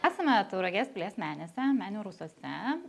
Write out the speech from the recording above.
esame tauragės pilies menėse menių rūsiuose